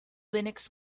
linux